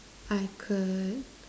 I could